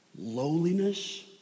lowliness